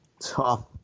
tough